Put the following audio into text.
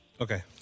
Okay